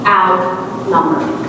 outnumbered